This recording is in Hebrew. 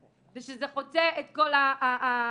ושזה חוצה את כל המגזרים.